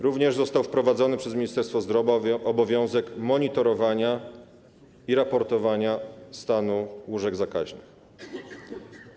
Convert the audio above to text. Również został wprowadzony przez Ministerstwo Zdrowia obowiązek monitorowania i raportowania stanu łóżek zakaźnych.